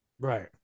Right